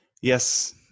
Yes